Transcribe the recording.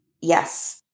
Yes